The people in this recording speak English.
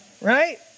right